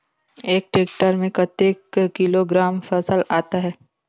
एक टेक्टर में कतेक किलोग्राम फसल आता है?